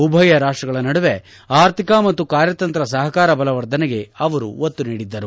ಉಭಯ ರಾಷ್ಟಗಳ ನಡುವೆ ಆರ್ಥಿಕ ಮತ್ತು ಕಾರ್ಯತಂತ್ರ ಸಹಕಾರ ಬಲವರ್ಧನೆಗೆ ಅವರು ಒತ್ತು ನೀಡಿದ್ದರು